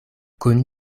kun